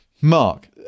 Mark